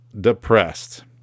depressed